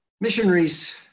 Missionaries